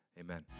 amen